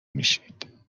میشید